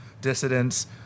dissidents